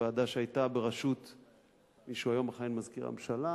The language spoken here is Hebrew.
ועדה שהיתה בראשות מי שהיום מכהן כמזכיר הממשלה,